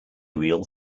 real